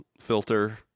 filter